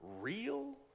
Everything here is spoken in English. real